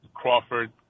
Crawford